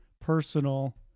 personal